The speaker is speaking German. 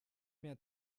mehr